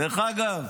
דרך אגב,